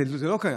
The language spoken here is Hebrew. וזה לא קיים,